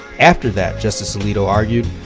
after that, justice alito argued,